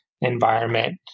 environment